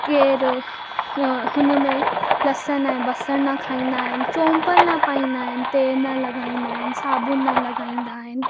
केर हुन में लसण ऐं बसरु न खाईंदा आहिनि चम्पल न पाईंदा आहिनि तेल न लॻाईंदा आहिनि साबुण न लॻाईंदा आहिनि